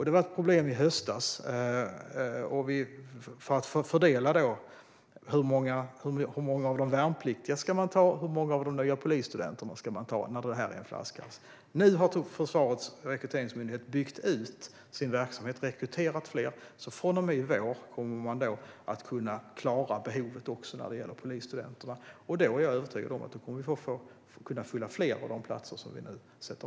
Det var ett problem i höstas att fördela hur många värnpliktiga respektive nya polisstudenter man skulle ta. Nu har Rekryteringsmyndigheten byggt ut sin verksamhet och rekryterat fler psykologer, så från och med i vår kommer man att klara behovet även vad gäller polisstudenterna. Jag är övertygad om att vi då kommer att kunna fylla fler platser.